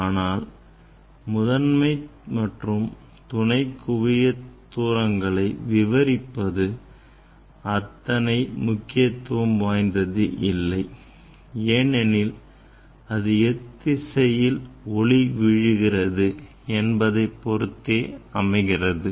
ஆனால் முதன்மை மற்றும் துணை குவியத் தூரங்களை விவரிப்பது அத்தனை முக்கியத்துவம் வாய்ந்தது இல்லை ஏனெனில் அது எத்திசையில் ஒளி விழுகிறது என்பதைப் பொறுத்தே அமைகிறது